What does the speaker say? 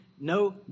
no